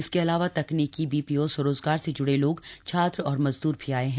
इसके अलावा तकनीकी बीपीओ स्वरोजगार से जुड़े लोग छात्र और मजद्र भी आए हैं